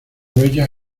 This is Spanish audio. huellas